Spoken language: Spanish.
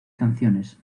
canciones